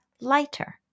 lighter